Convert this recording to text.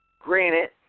Granted